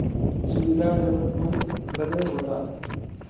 सुविधा जरूरतमन्द बदे होला